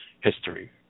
history